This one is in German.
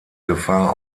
gefahr